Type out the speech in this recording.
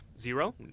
Zero